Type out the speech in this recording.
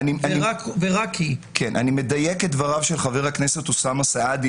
אני מדייק את דבריו של חבר הכנסת אוסאמה סעדי.